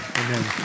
Amen